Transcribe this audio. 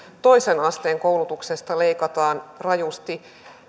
toisen asteen koulutuksesta leikataan rajusti